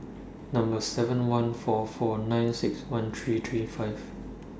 Number seven one four four nine six one three three five